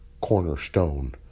cornerstone